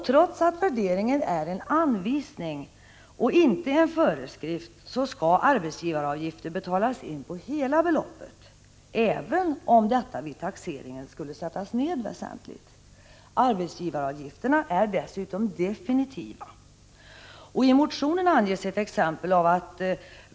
Trots att värderingen är en anvisning och inte en föreskrift, skall arbetsgivaravgifter betalas in på hela beloppet, även om detta vid taxeringen skulle sättas ned väsentligt. Arbetsgivaravgifterna är dessutom definitiva. I motionen anges ett annat exempel.